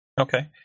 Okay